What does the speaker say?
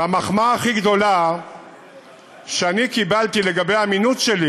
והמחמאה הכי גדולה שאני קיבלתי לגבי האמינות שלי